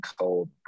cold